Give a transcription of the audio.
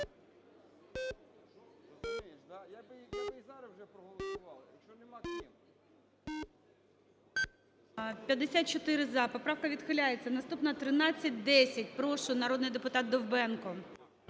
За-54 Поправка відхиляється. Наступна - 1310. Прошу, народний депутат Довбенко.